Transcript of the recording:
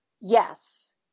yes